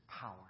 power